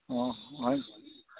अँ होइन